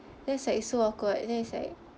then it's like so awkward then it's like